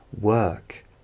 work